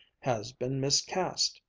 has been miscast.